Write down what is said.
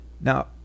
Now